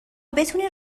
بتونی